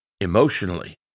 emotionally